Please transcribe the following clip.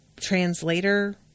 translator